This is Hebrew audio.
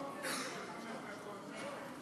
לא, יש לי חמש דקות.